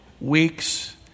weeks